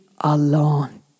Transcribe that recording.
alone